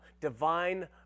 divine